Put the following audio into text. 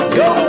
go